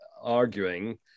arguing